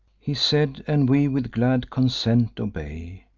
he said and we with glad consent obey,